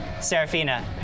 Serafina